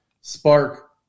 Spark